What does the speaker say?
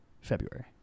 February